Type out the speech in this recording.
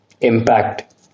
impact